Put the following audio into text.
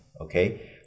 Okay